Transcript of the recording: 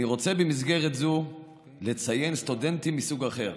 אני רוצה במסגרת זו לציין סטודנטים מסוג אחר,